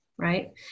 Right